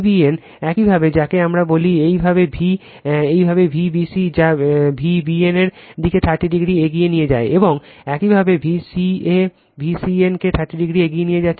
Vbn একইভাবে যাকে আমরা বলি একইভাবে v একইভাবে Vbc যা Vbn এর দিকে 30 ডিগ্রি এগিয়ে নিয়ে যায় এবং একইভাবে Vca Vcn কে 30 ডিগ্রি এগিয়ে নিয়ে যাচ্ছে